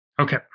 Okay